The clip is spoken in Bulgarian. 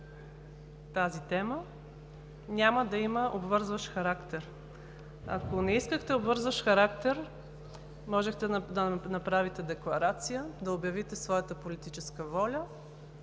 тази тема, няма да има обвързващ характер. Ако не искахте обвързващ характер, можехте да направите декларация, да обявите своята политическа воля,